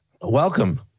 welcome